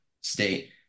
state